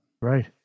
Right